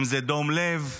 אם זה דום לב וכדומה,